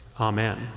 Amen